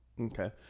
Okay